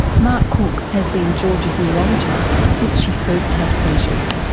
mark cook has been georgia's neurologist since she first had seizures.